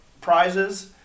prizes